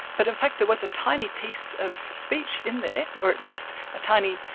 but in fact there was a tiny piece of speech in there, or at least a tiny,